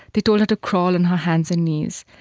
they told her to crawl on her hands and knees.